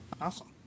Awesome